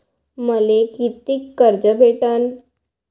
मले कितीक कर्ज भेटन?